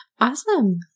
Awesome